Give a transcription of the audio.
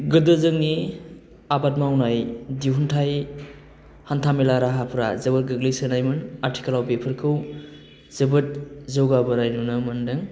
गोदो जोंनि आबाद मावनाय दिहुनथाइ हान्था मेला राहाफ्रा जोबोद गोग्लैसोनायमोन आथिखालाव बेफोरखौ जोबोद जौगाबोनाय नुनो मोनदों